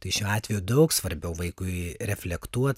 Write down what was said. tai šiuo atveju daug svarbiau vaikui reflektuot